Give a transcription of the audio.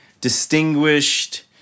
distinguished